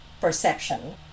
perception